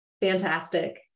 Fantastic